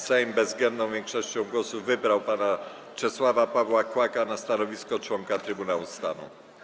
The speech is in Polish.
Sejm bezwzględną większością głosów wybrał pana Czesława Pawła Kłaka na stanowisko członka Trybunału Stanu.